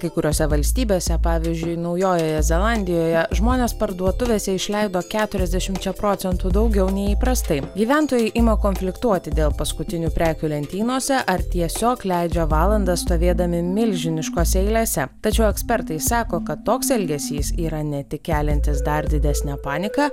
kai kuriose valstybėse pavyzdžiui naujojoje zelandijoje žmonės parduotuvėse išleido keturiasdešimčia procentų daugiau nei įprastai gyventojai ima konfliktuoti dėl paskutinių prekių lentynose ar tiesiog leidžia valandas stovėdami milžiniškose eilėse tačiau ekspertai sako kad toks elgesys yra ne tik keliantis dar didesnę paniką